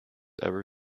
ever